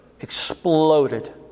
exploded